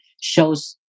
shows